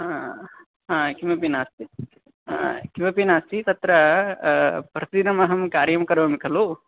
हा हा किमपि नास्ति किमपि नास्ति तत्र प्रतिदिनमहं कार्यं करोमि खलु